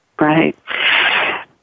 Right